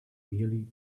nearly